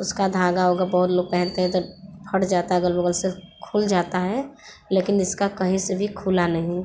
उसका धागा उगा बहुत लोग पहनते हैं तो फट जाता है अगल बगल से खुल जाता है लेकिन इसका कहीं से भी खुला नहीं